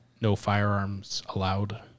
no-firearms-allowed